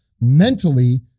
mentally